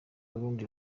burundi